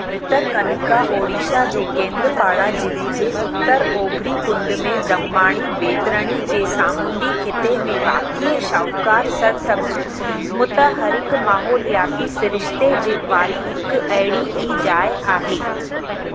भितरकनिका ओडिशा जे केंद्रपाड़ा ज़िले जे उत्तर ओभिरी कुंड में ब्राह्मणी बैतरणी जे सामुंडी खिते में वाकीअ शाहूकार सरसब्ज़ मुतहरिक माहौलियाती सिरिश्ते वारी हिकु अहिड़ी ई जाइ आहे